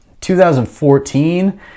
2014